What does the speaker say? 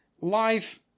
life